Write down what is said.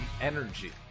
energy